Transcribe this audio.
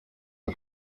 dal